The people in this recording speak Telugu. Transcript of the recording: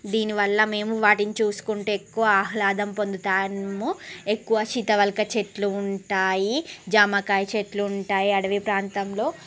దీనివల్ల మేము వాటిని చూసుకుంటూ ఎక్కువ ఆహ్లాదం పొందుతాము ఎక్కువ సీతాఫలకాయ చెట్లు ఉంటాయి జామకాయ చెట్లు ఉంటాయి అడవి ప్రాంతంలో